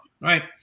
right